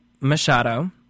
Machado